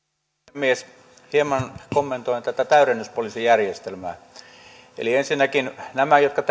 puhemies hieman kommentoin tätä täydennyspoliisijärjestelmää eli ensinnäkin nämä jotka